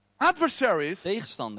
Adversaries